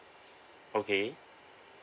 okay